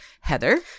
Heather